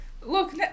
look